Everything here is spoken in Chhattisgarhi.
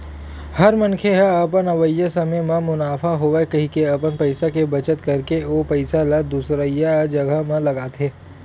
हर मनखे ह अपन अवइया समे म मुनाफा होवय कहिके अपन पइसा के बचत करके ओ पइसा ल दुसरइया जघा म लगाथे